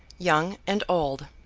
young and old,